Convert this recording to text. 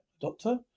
Doctor